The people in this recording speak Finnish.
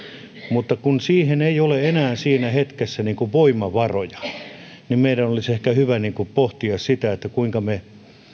mutta jos siihen ei ole enää siinä hetkessä voimavaroja niin meidän olisi ehkä hyvä pohtia sitä kuinka me